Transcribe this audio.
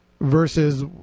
versus